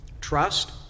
Trust